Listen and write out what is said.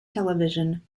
television